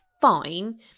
fine